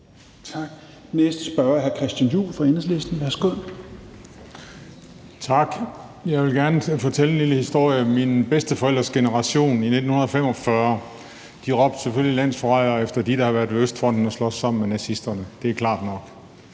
Næste spørger er hr. Christian Juhl fra Enhedslisten. Værsgo. Kl. 17:27 Christian Juhl (EL): Tak. Jeg vil gerne fortælle en lille historie. Mine bedsteforældres generation fra 1945 råbte selvfølgelig landsforræder efter dem, der havde været ved østfronten for at slås sammen med nazisterne – det er klart nok.